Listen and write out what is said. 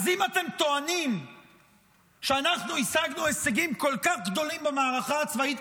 אז אם אתם טוענים שאנחנו השגנו הישגים כל כך גדולים במערכה הצבאית,